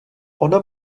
ona